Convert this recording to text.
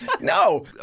No